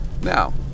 now